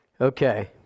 Okay